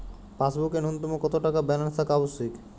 পাসবুকে ন্যুনতম কত টাকা ব্যালেন্স থাকা আবশ্যিক?